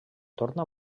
torna